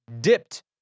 dipped